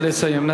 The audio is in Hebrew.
נא לסיים.